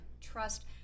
trust